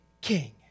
king